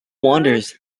wanders